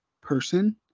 person